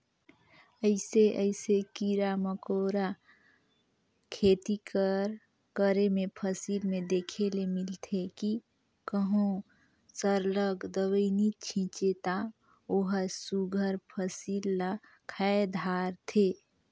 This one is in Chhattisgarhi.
अइसे अइसे कीरा मकोरा खेती कर करे में फसिल में देखे ले मिलथे कि कहों सरलग दवई नी छींचे ता ओहर सुग्घर फसिल ल खाए धारथे